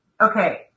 Okay